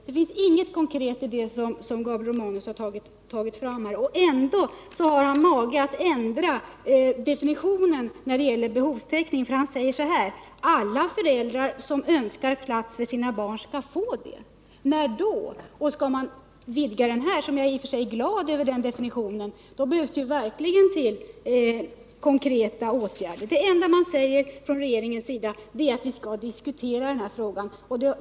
Det finns ingenting konkret i det som Gabriel Romanus har tagit fram. Ändå har han mage att ändra definitionen när det gäller behovstäckning. Han säger att alla föräldrar som önskar plats för sina barn skall få det. När då? Och skall man vidga den definitionen, som jag i och för sig är glad över, behövs det verkligen konkreta åtgärder. Det enda man säger från regeringens sida är att vi skall diskutera den här frågan.